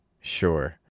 sure